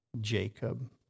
Jacob